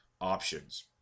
options